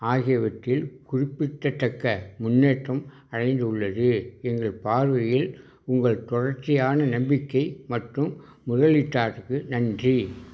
ஆகியவற்றில் குறிப்பிட்டத்தக்க முன்னேற்றம் அடைந்துள்ளது எங்கள் பார்வையில் உங்கள் தொடர்ச்சியான நம்பிக்கை மற்றும் முதலீட்டாருக்கு நன்றி